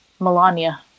Melania